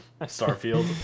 Starfield